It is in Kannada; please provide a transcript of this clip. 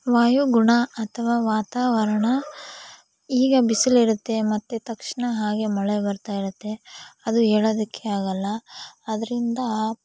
ವಾಯುಗುಣ ಅಥವಾ ವಾತಾವರಣ ಈಗ ಬಿಸಿಲಿರುತ್ತೆ ಮತ್ತೆ ತಕ್ಷಣ ಹಾಗೆ ಮಳೆ ಬರ್ತಾ ಇರತ್ತೆ ಅದು ಹೇಳೋದಕ್ಕೆ ಆಗಲ್ಲ ಅದರಿಂದ